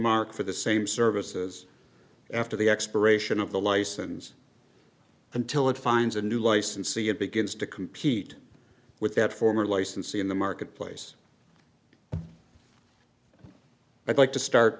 mark for the same services after the expiration of the license until it finds a new licensee and begins to compete with that former licensee in the marketplace i'd like to start